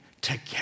together